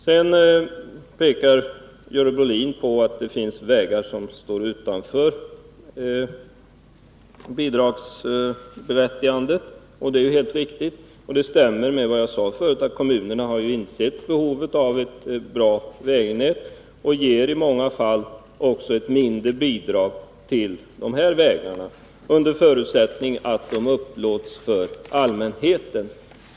Sedan pekar Görel Bohlin på att det finns vägar som står utanför bidragsberättigandet. Det är helt riktigt. Det stämmer med vad jag sade om att kommunerna insett behovet av ett bra vägnät och i många fall också ger ett mindre bidrag till dessa vägar, under förutsättning att de upplåts för allmänheten.